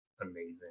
amazing